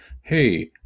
Hey